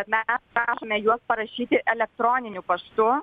mes prašome juos parašyti elektroniniu paštu